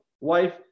wife